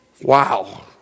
Wow